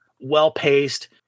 well-paced